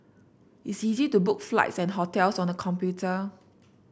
it is easy to book flights and hotels on the computer